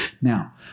Now